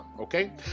okay